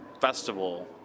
festival